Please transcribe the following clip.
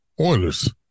Oilers